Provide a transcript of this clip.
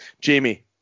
Jamie